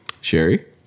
sherry